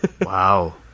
Wow